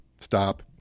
Stop